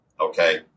okay